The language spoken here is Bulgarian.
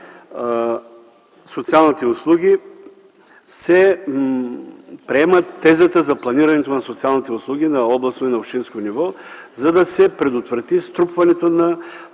социалните услуги и се приема тезата за планирането на социалните услуги на областно и общинско ниво, за да се предотврати струпването на